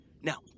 Now